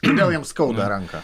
kodėl jam skauda ranką